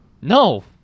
No